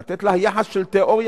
לתת לה יחס של תיאוריה,